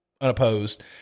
unopposed